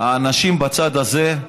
האנשים בצד הזה,